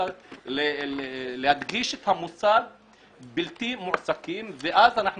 לכן אנחנו צריכים להדגיש את המושג בלתי מועסקים ואז אנחנו